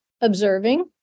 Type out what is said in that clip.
observing